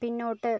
പിന്നോട്ട്